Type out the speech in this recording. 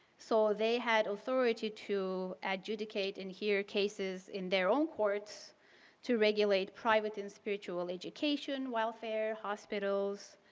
so, they had authority to adjudicate and hear cases in their own courts to regulate private and spiritual education, welfare, hospitals,